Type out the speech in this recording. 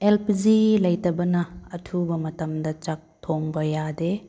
L P G ꯂꯩꯇꯕꯅ ꯑꯊꯨꯕ ꯃꯇꯝꯗ ꯆꯥꯛ ꯊꯣꯡꯕ ꯌꯥꯗꯦ